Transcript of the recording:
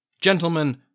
Gentlemen